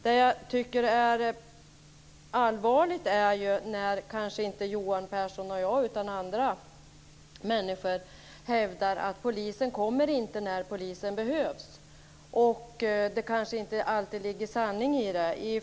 Det som jag tycker är allvarligt är ju inte när Johan Pehrson och jag utan när andra människor hävdar att polisen inte kommer när den behövs. Det kanske inte alltid ligger sanning i det.